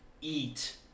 eat